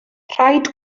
rhaid